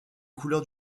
couleurs